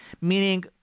Meaning